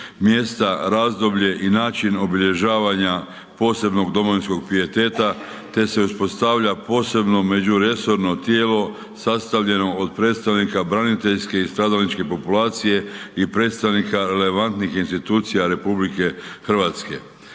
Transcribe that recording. mjesta, razdoblje i način obilježavanja posebnog domovinskog pijeteta, te se uspostavlja posebno međuresorno tijelo sastavljeno od predstavnika braniteljske i stradalničke populacije i predstavnika relevantnih institucija RH. Razlike